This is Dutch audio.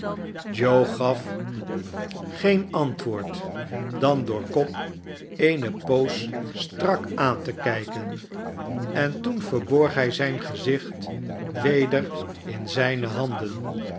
joe gaf geen antwoord dan door cobb eene poos strak aan te kijken en toen verborg hij zijn gezicht weder in zijne handen